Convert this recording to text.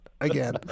again